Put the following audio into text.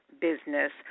business